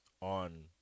on